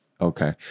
Okay